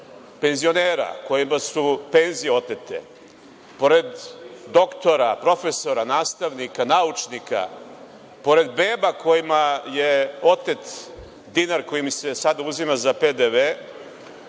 penzionera kojima su penzije otete, pored doktora, profesora, nastavnika, naučnika, pored beba kojima je otet dinar koji im se sada uzima za PDV,